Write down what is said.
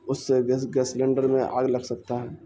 اس سے gas gas cylinder میں آگے لگ سکتا ہے